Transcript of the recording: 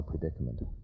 predicament